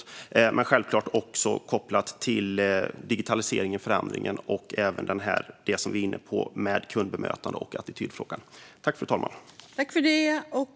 Jag kommer självklart också att följa det som är kopplat till digitaliseringen och kundbemötandet och attitydfrågan, som vi är inne på.